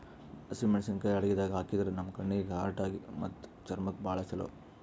ಹಸಿಮೆಣಸಿಕಾಯಿ ಅಡಗಿದಾಗ್ ಹಾಕಿದ್ರ ನಮ್ ಕಣ್ಣೀಗಿ, ಹಾರ್ಟಿಗಿ ಮತ್ತ್ ಚರ್ಮಕ್ಕ್ ಭಾಳ್ ಛಲೋ